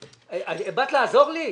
באת לעזור לי?